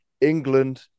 England